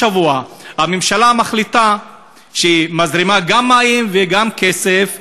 בכל שבוע הממשלה מחליטה שהיא מזרימה גם מים וגם כסף להתנחלויות,